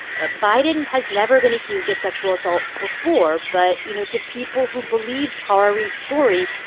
ah biden has never been accused of sexual assault before. but, you know, to people who believe tara reade's story,